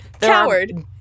coward